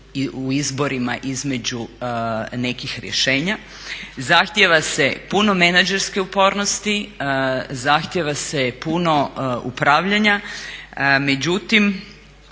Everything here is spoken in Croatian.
u izborima između nekih rješenja. Zahtjeva se puno menadžerske upornosti, zahtjeva se puno upravljanja međutim